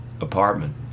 apartment